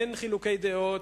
אין חילוקי דעות.